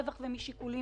שקל.